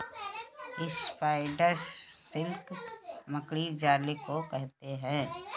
spider silk मकड़ी जाले को कहते हैं